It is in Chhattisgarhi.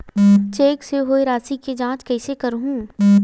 चेक से होए राशि के जांच कइसे करहु?